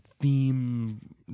theme